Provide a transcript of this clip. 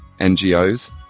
NGOs